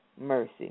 mercy